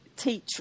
teach